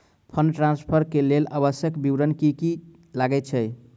Fund transfer केँ लेल आवश्यक विवरण की की लागै छै?